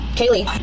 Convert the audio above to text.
Kaylee